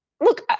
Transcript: look